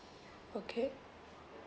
okay